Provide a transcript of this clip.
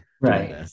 right